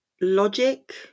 logic